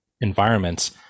environments